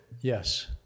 Yes